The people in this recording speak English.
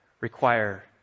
require